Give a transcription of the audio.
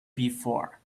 before